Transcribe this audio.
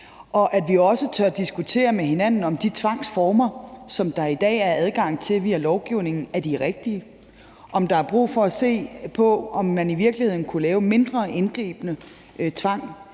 Vi skal også turde diskutere med hinanden, om de tvangsformer, som der i dag er adgang til via lovgivningen, er de rigtige; om der er brug for at se på, om man i virkeligheden kunne lave mindre indgribende tvang